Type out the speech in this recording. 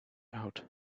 out